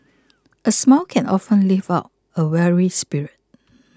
a smile can often lift up a weary spirit